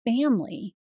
family